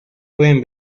pueden